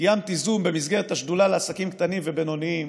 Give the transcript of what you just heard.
קיימתי זום במסגרת השדולה לעסקים קטנים ובינוניים